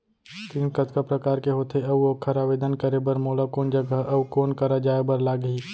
ऋण कतका प्रकार के होथे अऊ ओखर आवेदन करे बर मोला कोन जगह अऊ कोन करा जाए बर लागही?